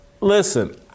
Listen